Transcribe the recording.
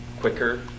quicker